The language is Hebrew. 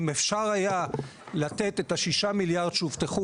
אם אפשר היה לתת את ה-6 מיליארד שהובטחו